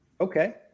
Okay